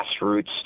grassroots